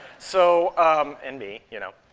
so, um and me, you know.